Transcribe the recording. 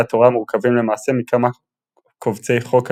התורה מורכבים למעשה מכמה קובצי-חוק עצמאיים.